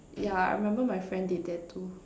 yeah I remember my friend did that too